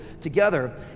together